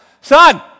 son